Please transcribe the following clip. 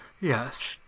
Yes